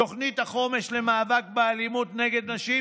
תוכנית החומש למאבק באלימות נגד נשים,